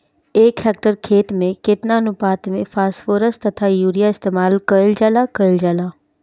एक हेक्टयर खेत में केतना अनुपात में फासफोरस तथा यूरीया इस्तेमाल कईल जाला कईल जाला?